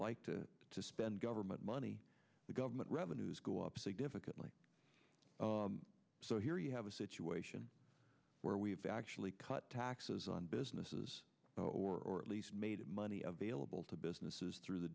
like to to spend government money the government revenues go up significantly so here you have a situation where we've actually cut taxes on businesses or at least made money available to businesses through the